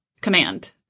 command